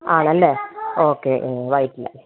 ആണല്ലേ ഓക്കെ വൈറ്റിലാ